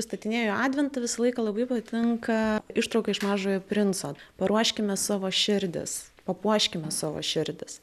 pristatinėju adventą visą laiką labai tinka ištrauka iš mažojo princo paruoškime savo širdis papuoškime savo širdis